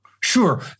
Sure